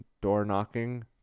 door-knocking